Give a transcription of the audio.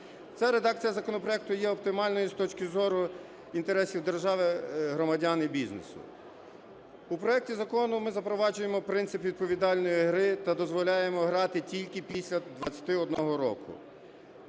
редакція законопроекту є оптимальною з точки зору інтересів держави, громадян і бізнесу. У проекті Закону ми запроваджуємо принцип відповідальної гри та дозволяємо грати тільки після 21 року.